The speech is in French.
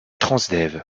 transdev